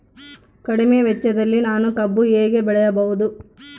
ಕಡಿಮೆ ವೆಚ್ಚದಲ್ಲಿ ನಾನು ಕಬ್ಬು ಹೇಗೆ ಬೆಳೆಯಬಹುದು?